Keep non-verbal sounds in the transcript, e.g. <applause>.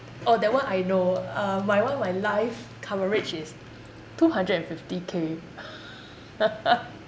oh that one I know uh my one my life coverage is two hundred and fifty K <laughs>